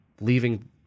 leaving